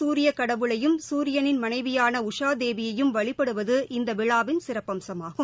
சூரியக் கடவுளையும் சூரியனின் மனைவியான ஊஷா தேவியையும் வழிபடுவது இந்த விழாவின் சிறப்பு அம்சமாகும்